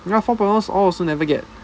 ya four point ones all also never get